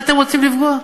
בעזרת השם,